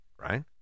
right